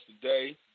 today